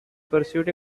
pursued